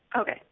Okay